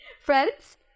Friends